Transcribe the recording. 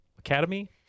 Academy